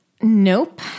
Nope